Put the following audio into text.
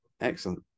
Excellent